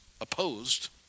opposed